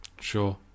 Sure